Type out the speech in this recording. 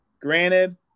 Granted